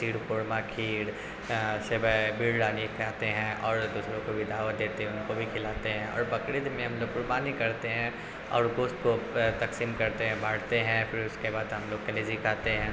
شیر خرما کھیر سیوئی بریانی کھاتے ہیں اور دوسروں کو بھی دعوت دیتے ہیں ان کو بھی کھلاتے ہیں اور بقرعید میں ہم لوگ قربانی کرتے ہیں اور گوشت کو تقسیم کرتے ہیں بانٹتے ہیں پھر اس کے بعد ہم لوگ کلیجی کھاتے ہیں